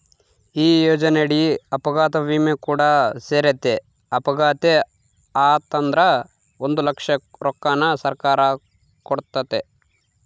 ಈ ಯೋಜನೆಯಡಿ ಅಪಘಾತ ವಿಮೆ ಕೂಡ ಸೇರೆತೆ, ಅಪಘಾತೆ ಆತಂದ್ರ ಒಂದು ಲಕ್ಷ ರೊಕ್ಕನ ಸರ್ಕಾರ ಕೊಡ್ತತೆ